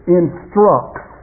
instructs